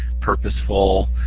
purposeful